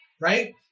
Right